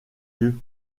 yeux